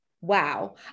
wow